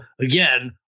again